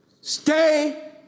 stay